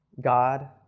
God